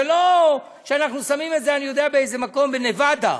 זה לא שאנחנו שמים את זה באיזה מקום בנבדה,